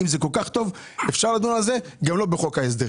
אם זה כל כך טוב על זה גם לא בחוק ההסדרים.